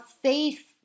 faith